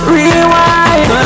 Rewind